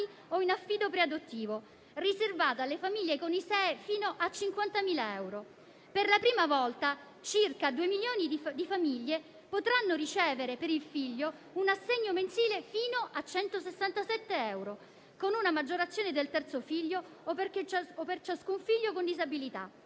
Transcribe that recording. o in affido preadottivo, riservato alle famiglie con ISEE fino a 50.000 euro. Per la prima volta, circa 2 milioni di famiglie potranno ricevere per il figlio un assegno mensile fino a 167 euro, con una maggiorazione dal terzo figlio o per ciascun figlio con disabilità.